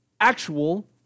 actual